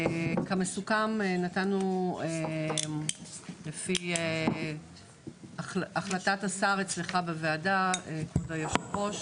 כמסוכם, לפי החלטת השר אצלך בוועדה כבוד היו"ר,